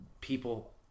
people